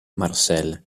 marcel